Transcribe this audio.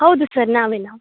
ಹೌದು ಸರ್ ನಾವೇ ನಾವು